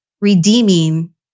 redeeming